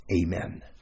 Amen